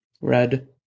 Red